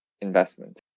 investment